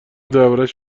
دربارش